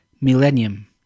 millennium